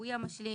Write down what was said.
הרפואי המשלים.